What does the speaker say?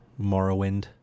Morrowind